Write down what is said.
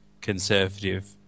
Conservative